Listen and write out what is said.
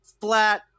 flat